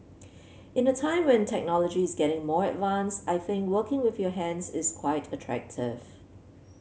in a time where technology is getting more advanced I think working with your hands is quite attractive